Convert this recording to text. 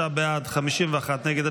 33 בעד, 51 נגד.